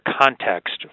context